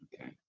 Okay